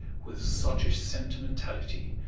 with sottish sentimentality,